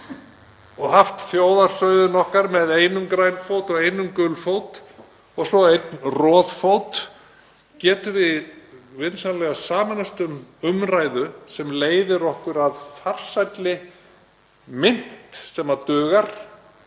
og haft þjóðarsauðinn okkar með einum grænfæti og einum gulfæti og svo einum roðfæti. Getum við vinsamlegast sameinast um umræðu sem leiðir okkur að farsælli mynt sem dugar